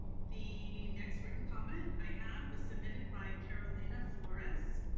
the next written comment i have was submitted by carolina flores